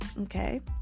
okay